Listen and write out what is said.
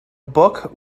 book